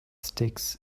sticks